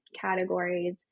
categories